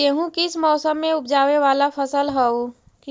गेहूं किस मौसम में ऊपजावे वाला फसल हउ?